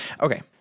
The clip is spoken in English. Okay